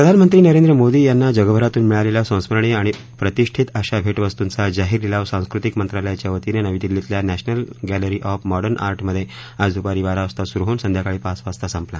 प्रधानमंत्री नरेंद्र मोदी यांना जगभरातून मिळालेल्या संस्मरणीय आणि प्रतिष्ठीत अशा भेट वस्तूंचा जाहीर लिलाव सांस्कृतिक मंत्रालयाच्यावतीनं नवी दिल्लीतल्या नॅशनल गैलरी ऑफ मॉडर्न आर्टमधे आज दुपारी बारा वाजता सुरु होऊन संध्याकाळी पाच वाजता संपला